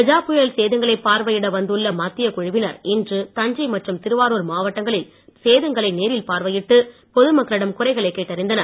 கஜா புயல் சேதங்களைப் பார்வையிட வந்துள்ள மத்தியக் குழுவினர் இன்று தஞ்சை மற்றும் திருவாரூர் மாவட்டங்களில் இந்த சேதங்களை நேரில் பார்வையிட்டு பொதுமக்களிடம் குறைகளைக் கேட்டறிந்தனர்